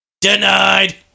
Denied